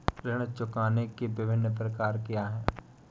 ऋण चुकाने के विभिन्न प्रकार क्या हैं?